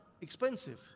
expensive